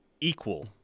equal